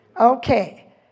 Okay